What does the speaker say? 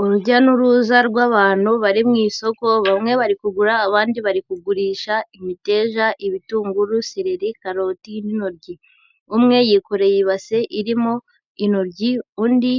Urujya n'uruza rw'abantu bari mu isoko bamwe bari kugura abandi bari kugurisha imiteja, ibitunguru, sereri, karoti n'intoryi. Umwe yikoreye ibase irimo intoryi undi